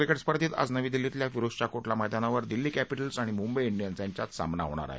cricket स्पर्धेत आज नवी दिल्लीतल्या फिरोजशहा कोटला मैदानावर दिल्ली कॅपीटल्स आणि मुंबई डिअन्स यांच्यात सामना होणार आहे